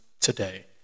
today